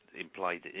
implied